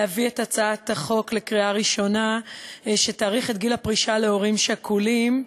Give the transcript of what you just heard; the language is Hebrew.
להביא לקריאה ראשונה את הצעת החוק שתדחה את גיל הפרישה להורים שכולים.